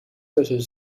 tussen